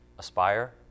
Aspire